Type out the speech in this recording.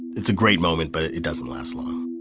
it's a great moment, but it it doesn't last long